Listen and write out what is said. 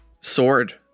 sword